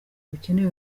bukenewe